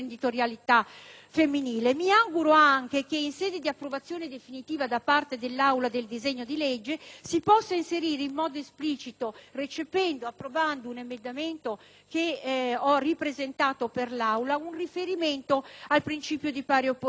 Mi auguro anche che, in sede di approvazione definitiva da parte dell'Aula del disegno di legge, si possa inserire in modo esplicito, approvando un emendamento che ho ripresentato per l'Aula, un riferimento al principio di pari opportunità,